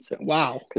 Wow